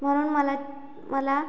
म्हणून मला मला